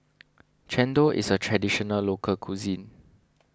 Chendol is a Traditional Local Cuisine